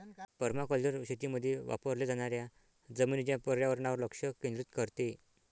permaculture शेतीमध्ये वापरल्या जाणाऱ्या जमिनीच्या पर्यावरणावर लक्ष केंद्रित करते